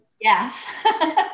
Yes